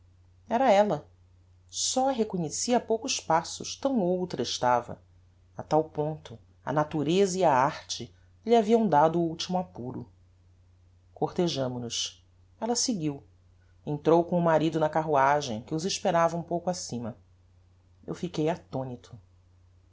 era ella só a reconheci a poucos passos tão outra estava a tal ponto a natureza e a arte lhe haviam dado o ultimo apuro cortejámo nos ella seguiu entrou com o marido na carruagem que os esperava um pouco acima eu fiquei attonito